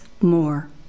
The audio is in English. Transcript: more